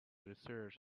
research